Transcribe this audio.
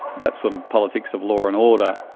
that sort of politics of law and order.